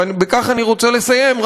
ובכך אני רוצה לסיים,